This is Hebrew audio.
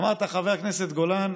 אמרת, חבר הכנסת גולן,